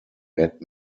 bad